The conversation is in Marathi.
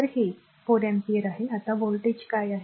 तर हे आर 4 अँपिअर आहे आता व्होल्टेज काय आहे